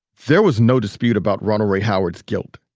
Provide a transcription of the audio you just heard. there was no dispute about ronald ray howard's guilt.